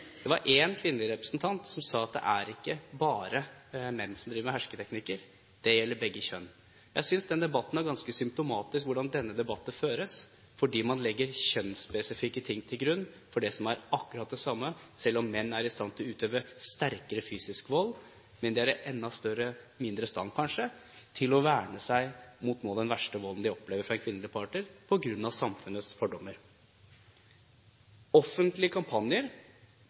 Det var en kvinnelig representant som sa at det er ikke bare menn som driver med hersketeknikker; det gjelder begge kjønn. Jeg synes den debatten er ganske symptomatisk for hvordan denne debatten føres, fordi man legger kjønnsspesifikke ting til grunn for det som er akkurat det samme, selv om menn er i stand til å utøve sterkere fysisk vold. Men de er kanskje i enda mindre stand til å verne seg mot noe av den verste volden de opplever fra en kvinnelig partner, på grunn av samfunnets fordommer. I offentlige kampanjer